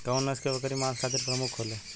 कउन नस्ल के बकरी मांस खातिर प्रमुख होले?